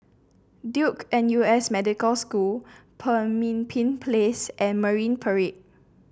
Duke N U S Medical School Pemimpin Place and Marine Parade